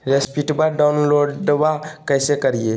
रेसिप्टबा डाउनलोडबा कैसे करिए?